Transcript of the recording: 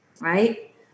right